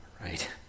right